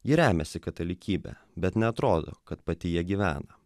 ji remiasi katalikybe bet neatrodo kad pati ja gyvena